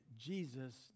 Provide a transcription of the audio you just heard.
Jesus